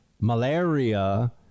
Malaria